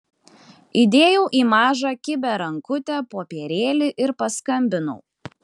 įdėjau į mažą kibią rankutę popierėlį ir paskambinau